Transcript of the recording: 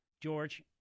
George